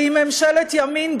והיא ממשלת ימין,